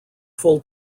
full